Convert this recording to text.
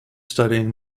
studying